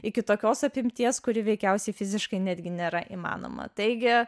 iki tokios apimties kuri veikiausiai fiziškai netgi nėra įmanoma teigia